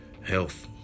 Health